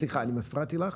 סליחה, אני הפרעתי לך.